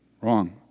Wrong